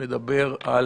מדבר על